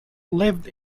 lived